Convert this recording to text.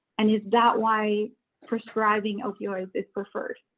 and is that why prescribing opioids is preferred?